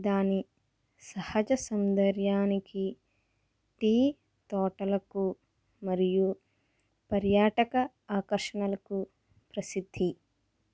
దాని సహజ సౌందర్యానికి టీ తోటలకు మరియు పర్యాటక ఆకర్షణలకు ప్రసిద్ధి